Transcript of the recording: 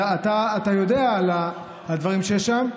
אתה יודע על הדברים שיש שם,